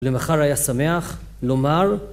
למחר היה שמח לומר